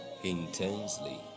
intensely